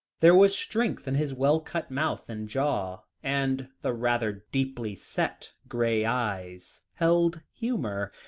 there was strength in his well-cut mouth and jaw and the rather deeply-set grey eyes held humour,